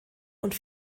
und